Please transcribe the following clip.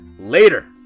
Later